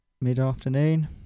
mid-afternoon